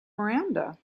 miranda